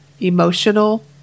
emotional